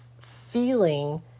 feeling